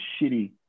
shitty